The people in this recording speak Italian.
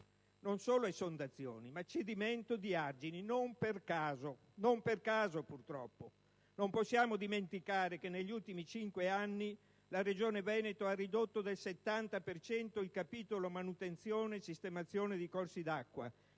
non solo esondazioni, ma cedimento di argini. Non per caso, purtroppo: non possiamo dimenticare che negli ultimi cinque anni la Regione Veneto ha ridotto del 70 per cento il capitolo manutenzione e sistemazione di corsi d'acqua,